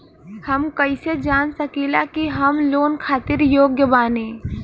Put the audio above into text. हम कईसे जान सकिला कि हम लोन खातिर योग्य बानी?